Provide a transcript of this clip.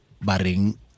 baring